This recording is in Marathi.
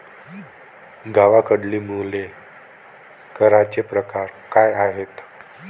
गावाकडली मुले करांचे प्रकार काय आहेत?